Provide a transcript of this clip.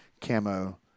camo